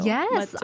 Yes